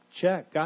check